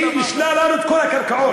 שהיא נישלה אותנו, את כל הקרקעות.